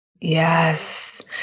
Yes